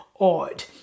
odd